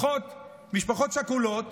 משפחות שכולות